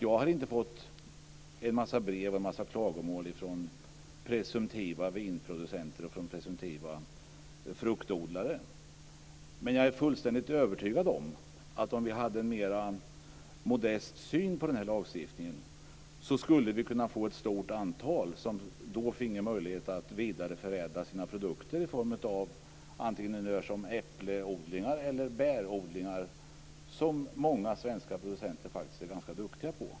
Jag har inte fått en massa brev och en massa klagomål från presumtiva vinproducenter och presumtiva fruktodlare. Men jag är fullständigt övertygad om att om vi hade en mera modest syn på den här lagstiftningen skulle ett stort antal kunna få möjlighet att vidareförädla sina produkter, i form av äppelodlingar eller bärodlingar, som många svenska producenter är ganska duktiga på.